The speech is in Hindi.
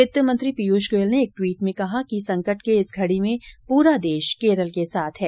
वित्त मंत्री पीयूष गोयल ने एक ट्वीट में कहा कि संकट की इस घड़ी में पूरा देश केरल के साथ है